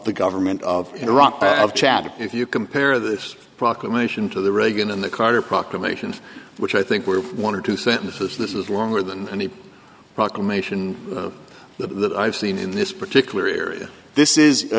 the government of iraq of chad if you compare this proclamation to the reagan in the carter proclamation which i think were one or two sentences this is longer than any proclamation the i've seen in this particular area this is